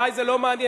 אלי זה לא מעניין.